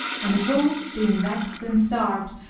and the wolves, being vexed and starved,